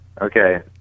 Okay